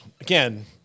again